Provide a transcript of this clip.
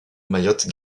mayotte